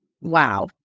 Wow